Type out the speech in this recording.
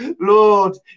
Lord